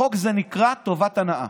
בחוק זה נקרא טובת הנאה,